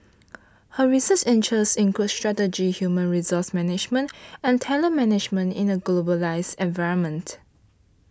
her research interests include strategic human resource management and talent management in a globalised environment